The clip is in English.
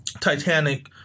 Titanic